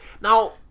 Now